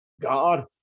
God